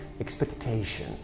Expectation